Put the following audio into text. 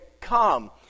Come